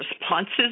responses